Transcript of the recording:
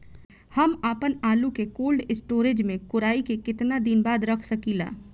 हम आपनआलू के कोल्ड स्टोरेज में कोराई के केतना दिन बाद रख साकिले?